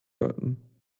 läuten